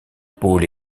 pôle